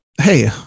hey